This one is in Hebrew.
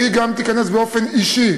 סיכמנו שהיא גם תיכנס באופן אישי